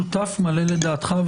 אני שותף מלא לדעתך,